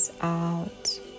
out